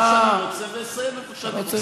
אני אתחיל איפה שאני רוצה ואני אסיים איפה שאני רוצה.